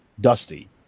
dusty